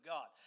God